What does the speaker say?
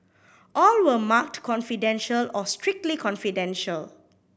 all were marked confidential or strictly confidential